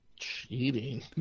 Cheating